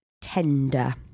tender